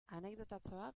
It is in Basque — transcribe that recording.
anekdotatxoa